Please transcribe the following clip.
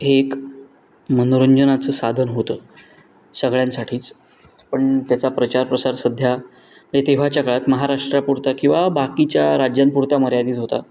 हे एक मनोरंजनाचं साधन होतं सगळ्यांसाठीच पण त्याचा प्रचार प्रसार सध्या म्हणजे तेव्हाच्या काळात महाराष्ट्रापुरता किंवा बाकीच्या राज्यांपुरता मर्यादित होता